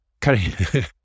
cutting